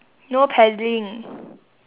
no paddling